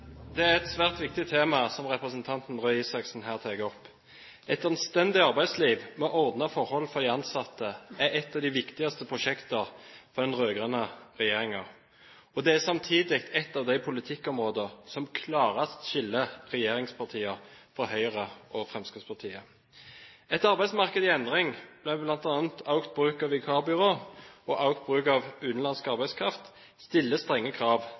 Det er et svært viktig tema som representanten Røe Isaksen her tar opp. Et anstendig arbeidsliv med ordnede forhold for de ansatte er et av de viktigste prosjektene for den rød-grønne regjeringen, og det er samtidig et av de politikkområdene som klarest skiller regjeringspartiene fra Høyre og Fremskrittspartiet. Et arbeidsmarked i endring, med bl.a. økt bruk av vikarbyråer og økt bruk av utenlandsk arbeidskraft, stiller strenge krav